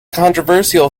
controversial